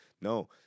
no